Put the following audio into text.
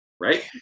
right